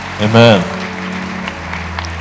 Amen